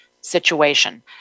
situation